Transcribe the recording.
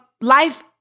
Life